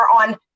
on